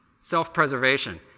self-preservation